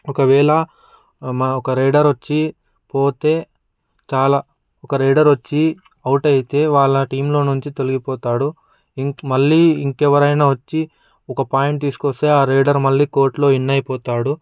ఒకవేళ మా ఒక రైడర్ వచ్చి పోతే చాలా ఒక రైడర్ వచ్చి అవుట్ అయితె వాళ్ళ టీంలో నుంచి తొలగిపోతాడు మళ్ళీ ఇంకెవరైనా వచ్చి ఒక పాయింట్ తీసుక వస్తే ఆ రైడర్ మళ్ళీ కోర్ట్లో ఇన్ అయిపోతాడు